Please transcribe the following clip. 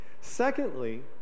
Secondly